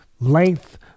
length